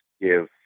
give